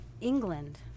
England